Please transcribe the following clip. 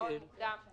--- מוקדם בכלל,